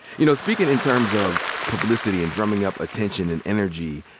you know, speaking in terms of publicity and drumming up attention and energy,